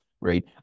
right